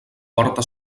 porta